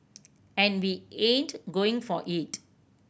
and we ain't going for it